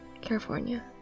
California